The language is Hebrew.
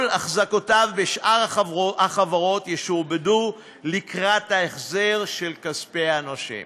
כל החזקותיו בשאר החברות ישועבדו לקראת ההחזר של כספי הנושים.